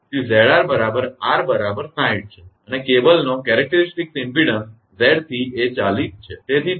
તેથી 𝑍𝑟 બરાબર R બરાબર 60 છે અને કેબલનો લાક્ષણિક ઇમપેડન્સ 𝑍𝑐 એ 40 છે